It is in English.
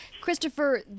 Christopher